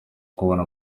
kubona